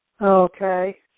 Okay